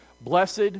Blessed